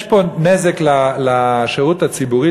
יש פה נזק לשירות הציבורי,